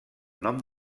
nom